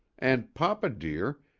and, papa dear,